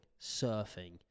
surfing